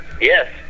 Yes